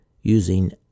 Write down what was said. using